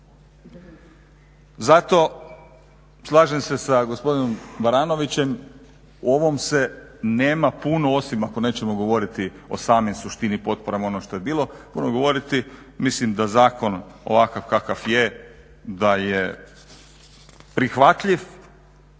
Zato slažem se sa gospodinom Baranovićem, o ovom se nema puno osim ako nećemo govoriti o samoj suštini potporama, ono što je bilo puno govoriti, mislim da zakon ovakav kakav je da je prihvatljiv